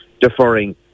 deferring